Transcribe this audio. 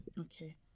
Okay